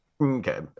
Okay